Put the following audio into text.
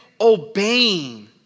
obeying